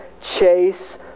chase